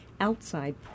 outside